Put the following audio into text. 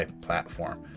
platform